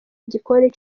igikoni